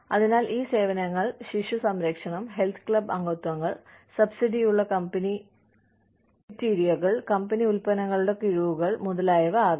അതിനാൽ ഈ സേവനങ്ങൾ ശിശു സംരക്ഷണം ഹെൽത്ത് ക്ലബ് അംഗത്വങ്ങൾ സബ്സിഡിയുള്ള കമ്പനി കഫറ്റീരിയകൾ കമ്പനി ഉൽപ്പന്നങ്ങളുടെ കിഴിവുകൾ മുതലായവ ആകാം